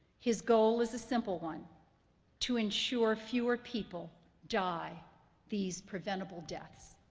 his goal is a simple one to ensure fewer people die these preventable deaths.